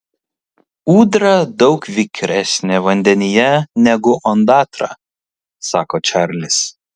ūdra daug vikresnė vandenyje negu ondatra sako čarlis